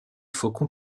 faucon